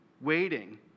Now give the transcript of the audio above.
waiting